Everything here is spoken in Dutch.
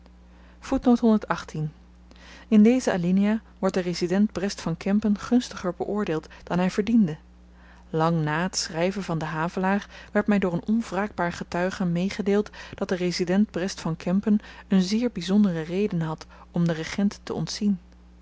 in deze alinea wordt de resident brest van kempen gunstiger beoordeeld dan hy verdiende lang na t schryven van den havelaar werd my door n onwraakbaar getuige meegedeeld dat de resident brest van kempen een zeer byzondere reden had om den regent te ontzien